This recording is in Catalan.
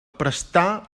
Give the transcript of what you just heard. prestar